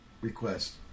Request